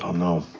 um know.